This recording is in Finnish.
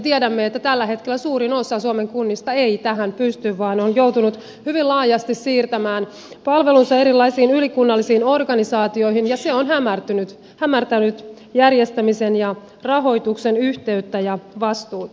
tiedämme että tällä hetkellä suurin osa suomen kunnista ei tähän pysty vaan ne ovat joutuneet hyvin laajasti siirtämään palvelunsa erilaisiin ylikunnallisiin organisaatioihin ja se on hämärtänyt järjestämisen ja rahoituksen yhteyttä ja vastuuta